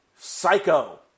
Psycho